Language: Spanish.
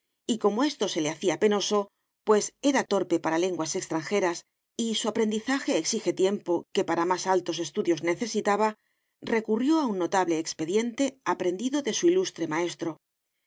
y como esto se le hacía penoso pues era torpe para lenguas extranjeras y su aprendizaje exige tiempo que para más altos estudios necesitaba recurrió a un notable expediente aprendido de su ilustre maestro